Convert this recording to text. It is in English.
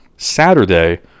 Saturday